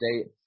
State